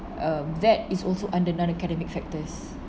um that is also under non-academic factors